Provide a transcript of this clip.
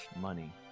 Money